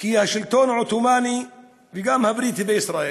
כי השלטון העות'מאני, וגם הבריטי, בישראל